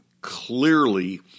clearly